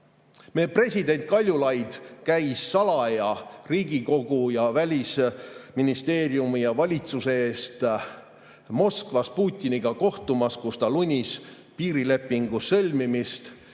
president Kaljulaid käis salaja Riigikogu ja Välisministeeriumi ja valitsuse eest Moskvas Putiniga kohtumas, kus ta lunis piirilepingu sõlmimist.